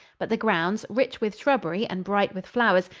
but the grounds, rich with shrubbery and bright with flowers,